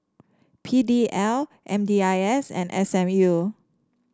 P D L M D I S and S M U